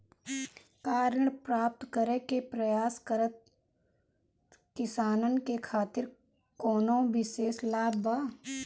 का ऋण प्राप्त करे के प्रयास करत किसानन के खातिर कोनो विशेष लाभ बा